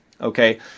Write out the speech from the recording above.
Okay